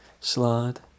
slide